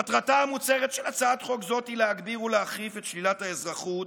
מטרתה המוצהרת של הצעת חוק זו היא להגביר ולהחריף את שלילת האזרחות